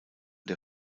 der